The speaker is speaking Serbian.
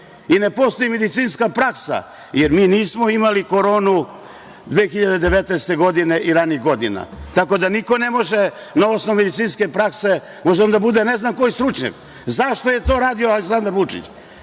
i ne postoji medicinska praksa, jer mi nismo imali koronu 2019. i ranijih godina, tako da niko ne može na osnovu medicinske prakse… Može on da bude ne znam koji stručnjak.Zašto je to radio Aleksandar Vučić?